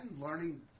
learning